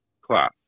class